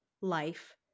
life